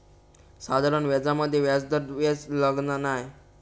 साधारण व्याजामध्ये व्याजावर व्याज लागना नाय